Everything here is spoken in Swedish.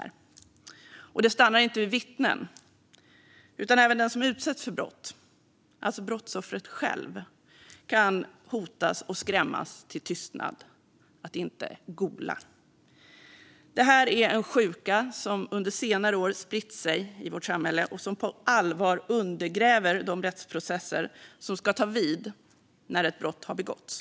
Det stannar heller inte vid vittnen, utan även den som utsätts för brott, alltså brottsoffret själv, kan hotas och skrämmas till tystnad - till att inte gola. Det här är en sjuka som under senare år har spritt sig i vårt samhälle och som på allvar undergräver de rättsprocesser som ska ta vid när ett brott har begåtts.